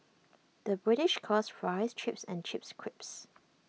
the British calls Fries Chips and Chips Crisps